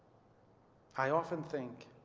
i often think